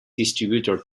distributor